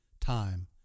time